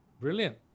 Brilliant